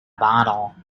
bottle